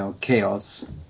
chaos